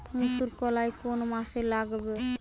মুসুরকলাই কোন মাসে লাগাব?